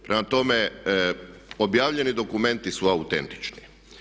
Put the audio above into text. Prema tome, objavljeni dokumenti su autentični.